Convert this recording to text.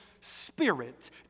spirit